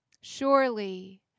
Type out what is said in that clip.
surely